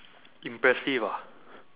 impressive ah